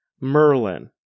Merlin